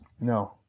No